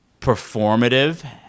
performative